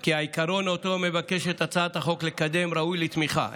כי העיקרון שמבקשת הצעת החוק לקדם ראוי לתמיכה.